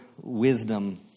wisdom